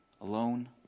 Alone